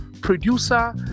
producer